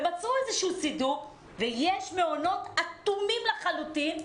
ומצאו איזשהו סידור ויש מעונות אטומים לחלוטין.